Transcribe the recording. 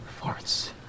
farts